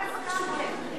למה הסכמתם?